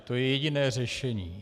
To je jediné řešení.